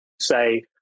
say